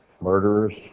Murderers